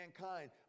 mankind